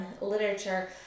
literature